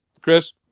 Chris